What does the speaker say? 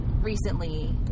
recently